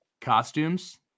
costumes